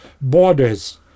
borders